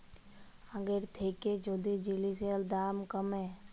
আগের থ্যাইকে যদি জিলিসের দাম ক্যমে